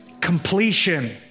completion